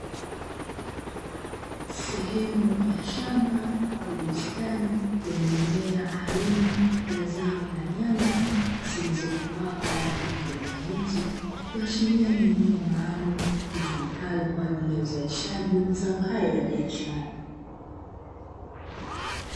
Sehemu ya shamba au bustani yenye mimea aina ya zao la nyanya, zilizokomaa kwa rangi ya kijani kibichi, kuashiria ni eneo maalumu litumikalo kwa ajili ya uzalishaji wa mazao hayo ya biashara.